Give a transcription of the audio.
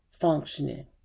functioning